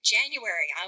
January